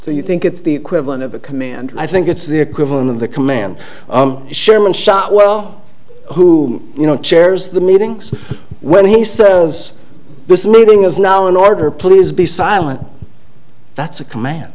so you think it's the equivalent of a command i think it's the equivalent of the command shaman shotwell who you know chairs the meetings when he says this meeting is now in order please be silent that's a command